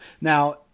now